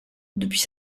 depuis